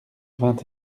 vingt